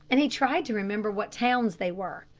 and he tried to remember what towns they were.